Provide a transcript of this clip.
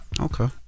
Okay